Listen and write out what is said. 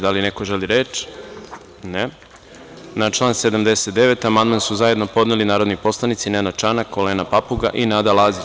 Da li neko želi reč? (Ne.) Na član 79. amandman su zajedno podneli narodni poslanici Nenad Čanak, Olena Papuga i Nada Lazić.